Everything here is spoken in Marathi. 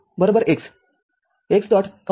y x x